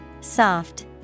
Soft